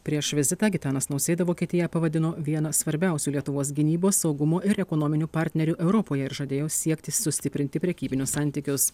prieš vizitą gitanas nausėda vokietiją pavadino viena svarbiausių lietuvos gynybos saugumo ir ekonominių partnerių europoje ir žadėjo siekti sustiprinti prekybinius santykius